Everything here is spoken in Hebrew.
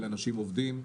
אלה אנשים עובדים,